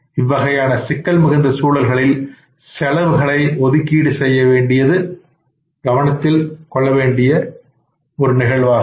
இவ்வகையான சிக்கல் மிகுந்த சூழல்களில் செலவுகளை ஒதுக்கீடு செய்ய வேண்டியிருக்கும்